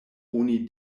oni